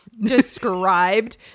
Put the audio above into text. described